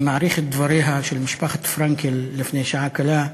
אני מעריך את דבריה של משפחת פרנקל, לפני שעה קלה,